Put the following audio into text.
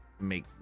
make